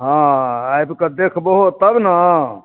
हँ आबिकऽ देखबोहो तब ने